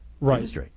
Right